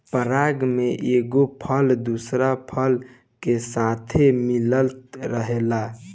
पराग में एगो फूल दोसरा फूल के साथे मिलत रहेला